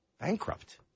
bankrupt